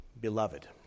beloved